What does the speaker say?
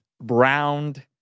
Browned